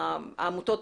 העמותות,